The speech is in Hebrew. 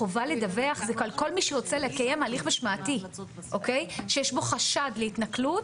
החובה לדווח זה על כל מי שרוצה לקיים הליך משמעתי שיש בו חשד להתנכלות